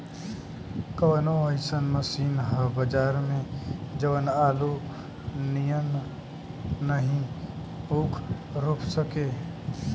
कवनो अइसन मशीन ह बजार में जवन आलू नियनही ऊख रोप सके?